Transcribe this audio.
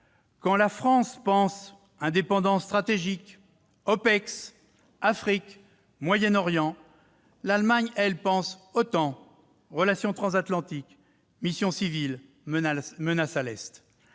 quand la France pense indépendance stratégique, OPEX, Afrique, Moyen-Orient, l'Allemagne, quant à elle, pense OTAN, relations transatlantiques, missions civiles, menaces à l'Est